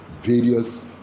various